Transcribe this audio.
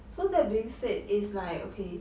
so that being said it's like okay